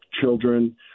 children